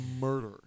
murder